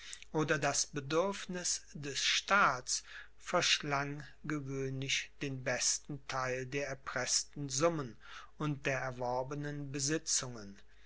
oder das bedürfniß des staats verschlang gewöhnlich den besten theil der erpreßten summen und der erworbenen besitzungen